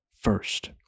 first